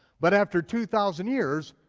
but after two thousand years,